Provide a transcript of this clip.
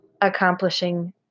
accomplishing